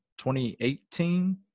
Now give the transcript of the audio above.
2018